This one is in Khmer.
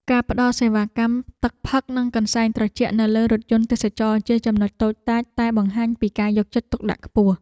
ការផ្តល់សេវាកម្មទឹកផឹកនិងកន្សែងត្រជាក់នៅលើរថយន្តទេសចរណ៍ជាចំណុចតូចតាចតែបង្ហាញពីការយកចិត្តទុកដាក់ខ្ពស់។